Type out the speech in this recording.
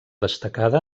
destacada